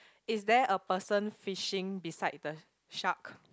is there a person fishing beside the shark